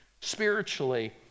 spiritually